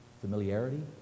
familiarity